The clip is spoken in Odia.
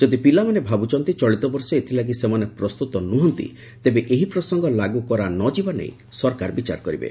ଯଦି ପିଲାମାନେ ଭାବୁଛନ୍ତି ଚଳିତ ବର୍ଷ ଏଥିଲାଗି ସେମାନେ ପ୍ରସ୍ତୁତ ନୁହନ୍ତି ତେବେ ଏହି ପ୍ରସଙ୍ଙ ଲାଗୁ କରାନଯିବା ନେଇ ସରକାର ବିଚାର କରିବେ